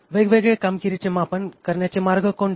वेगवेगळे कामगिरीचे मापन करण्याचे मार्ग कोणते